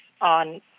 on